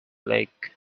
lake